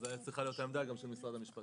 אז זו צריכה להיות העמדה גם של משרד המשפטים.